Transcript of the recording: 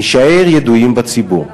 נישאר ידועים בציבור.